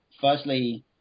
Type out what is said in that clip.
firstly